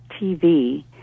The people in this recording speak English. TV